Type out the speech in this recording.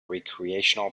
recreational